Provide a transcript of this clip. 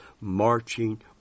marching